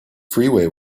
freeway